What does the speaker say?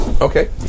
Okay